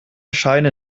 scheine